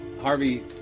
Harvey